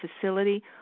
facility